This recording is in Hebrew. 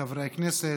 חברי הכנסת,